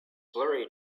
blurry